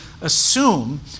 assume